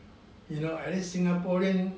you know at least singaporean